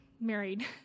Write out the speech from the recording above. married—